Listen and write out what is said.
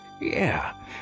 Yeah